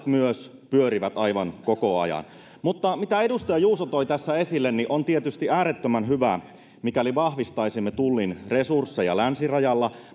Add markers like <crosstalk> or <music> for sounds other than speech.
<unintelligible> myös pyörivät aivan koko ajan mutta siihen mitä edustaja juuso toi tässä esille on tietysti äärettömän hyvä mikäli vahvistaisimme tullin resursseja länsirajalla